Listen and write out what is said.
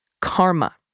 karma